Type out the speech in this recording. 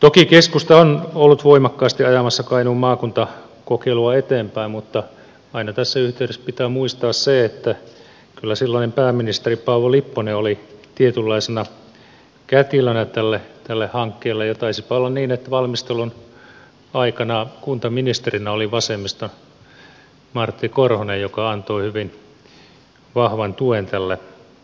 toki keskusta on ollut voimakkaasti ajamassa kainuun maakuntakokeilua eteenpäin mutta aina tässä yhteydessä pitää muistaa se että kyllä silloinen pääministeri paavo lipponen oli tietynlaisena kätilönä tälle hankkeelle ja taisipa olla niin että valmistelun aikana kuntaministerinä oli vasemmiston martti korhonen joka antoi hyvin vahvan tuen tälle kokeilulle